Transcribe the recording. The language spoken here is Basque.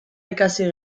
ikasi